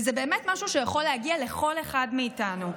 וזה משהו שבאמת יכול להגיע לכל אחד ואחת מאיתנו.